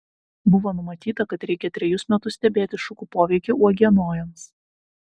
buvo numatyta kad reikia trejus metus stebėti šukų poveikį uogienojams